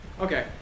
Okay